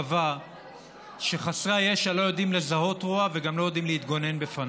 קבע שחסרי הישע לא יודעים לזהות רוע וגם לא יודעים להתגונן מפניו.